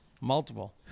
Multiple